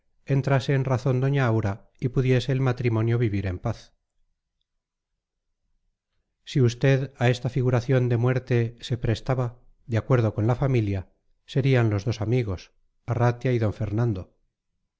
entrase en razón doña aura y pudiese el matrimonio vivir en paz si usted a esta figuración de muerte se prestaba de acuerdo con la familia serían los dos amigos arratia y d fernando